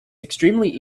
extremely